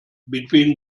between